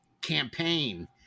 campaign